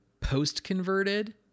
post-converted